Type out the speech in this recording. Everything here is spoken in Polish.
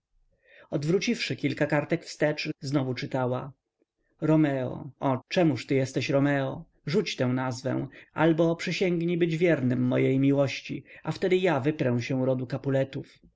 życie odwróciwszy kilka kartek wstecz znowu czytała romeo czemuż ty jesteś romeo rzuć tę nazwę albo przysięgnij być wiernym mojej miłości a wtedy ja wyprę się rodu